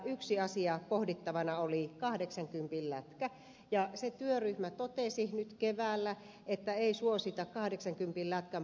yksi asia pohdittavana oli kahdeksankympin lätkä ja se työryhmä totesi nyt keväällä että ei suosita kahdeksankympin lätkän palauttamista